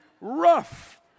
rough